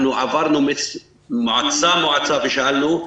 עברנו מועצה מועצה ושאלנו.